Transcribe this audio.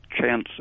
chance